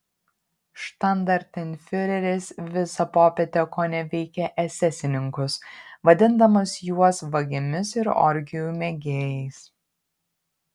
štandartenfiureris visą popietę koneveikė esesininkus vadindamas juos vagimis ir orgijų mėgėjais